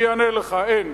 אני אענה לך: אין.